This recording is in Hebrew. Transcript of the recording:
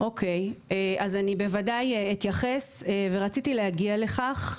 אוקיי, בוודאי אתייחס ורציתי להגיע לכך.